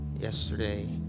yesterday